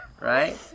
right